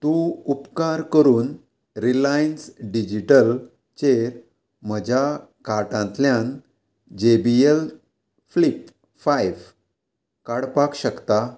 तूं उपकार करून रिलायन्स डिजिटल चेर म्हज्या कार्टांतल्यान J B L flip five काडपाक शकता